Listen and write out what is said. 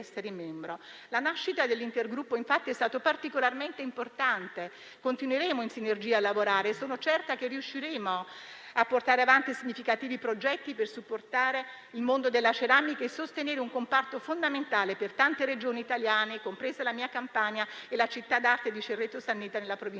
La nascita dell'intergruppo, infatti, è stata particolarmente importante; continueremo a lavorare in sinergia e sono certa che riusciremo a portare avanti significativi progetti per supportare il mondo della ceramica e sostenere un comparto fondamentale per tante Regioni italiane, compresa la mia Campania, e per la città d'arte di Cerreto Sannita nella provincia